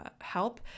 help